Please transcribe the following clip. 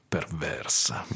Perversa